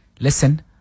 Listen